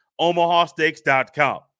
omahasteaks.com